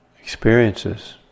experiences